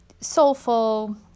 soulful